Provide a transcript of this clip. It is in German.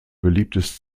beliebtes